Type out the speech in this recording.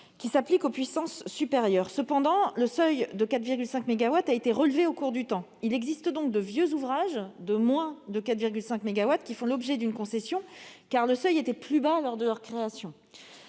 qui s'applique aux puissances supérieures. Cependant, ce seuil a été relevé au cours du temps. Il existe donc de vieux ouvrages de moins de 4,5 mégawatts qui font l'objet d'une concession, car le seuil était plus bas lors de leur création.